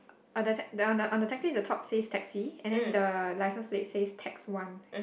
on the ta~ on the on the taxi the top says taxi and then the license plate says tax one